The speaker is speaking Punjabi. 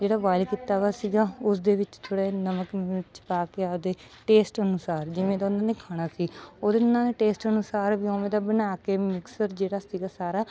ਜਿਹੜਾ ਬੋਇਲ ਕੀਤਾ ਵਾ ਸੀਗਾ ਉਸ ਦੇ ਵਿੱਚ ਥੋੜ੍ਹਾ ਜਿਹਾ ਨਮਕ ਮਿਰਚ ਪਾ ਕੇ ਆਪਦੇ ਟੇਸਟ ਅਨੁਸਾਰ ਜਿਵੇਂ ਦਾ ਉਹਨਾਂ ਨੇ ਖਾਣਾ ਸੀ ਉਹਦੇ ਨਾਲ ਟੇਸਟ ਅਨੁਸਾਰ ਵੀ ਉਵੇਂ ਦਾ ਬਣਾ ਕੇ ਮਿਕਸਚਰ ਜਿਹੜਾ ਸੀਗਾ ਸਾਰਾ